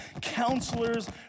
counselors